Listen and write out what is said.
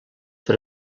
per